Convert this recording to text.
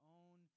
own